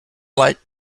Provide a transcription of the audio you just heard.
light